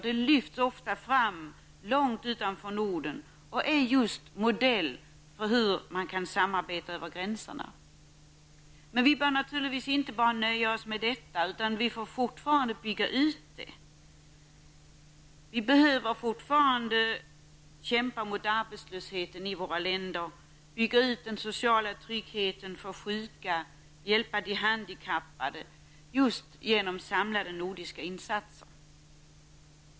Det lyfts ofta fram långt utanför Norden och är just modell för hur man kan samarbeta över gränserna. Vi bör naturligtvis inte bara nöja oss med detta, utan vi får fortfarande bygga ut samarbetet. Vi behöver fortfarande kämpa mot arbetslösheten i våra länder, bygga ut den sociala tryggheten för sjuka och hjälpa de handikappade genom samlade nordiska insatser.